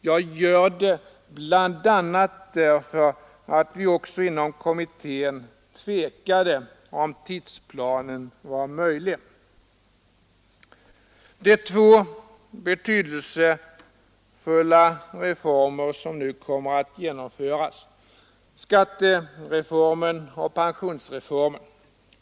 Jag gör det bl.a. därför att vi också inom kommittén tvekade, om tidsplanen var möjlig. Det är två betydelsefulla reformer som nu kommer att genomföras: skattereformen och pensionsreformen.